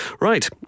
Right